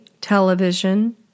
television